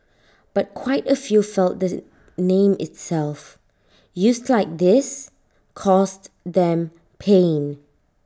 but quite A few felt that the name itself used like this caused them pain